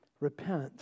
Repent